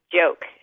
joke